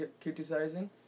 criticizing